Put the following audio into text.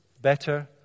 better